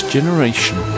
Generation